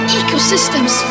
ecosystems